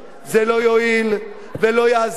זה לא יועיל ולא יעזור,